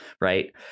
right